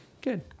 good